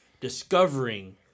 discovering